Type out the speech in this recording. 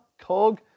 Cog